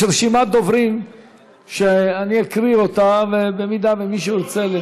יש רשימת דוברים שאני אקריא, ואם מישהו ירצה,